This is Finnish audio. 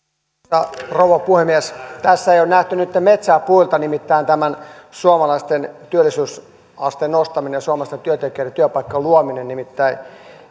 arvoisa rouva puhemies tässä ei ole nähty nytten metsää puilta nimittäin suomalaisten työllisyysasteen nostamista suomalaisten työntekijöiden työpaikkojen luomista nimittäin